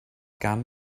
gan